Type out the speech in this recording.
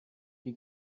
die